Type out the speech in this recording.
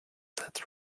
that